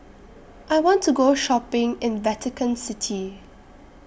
I want to Go Shopping in Vatican City